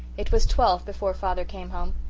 it was twelve before father came home.